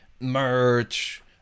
merch